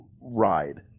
ride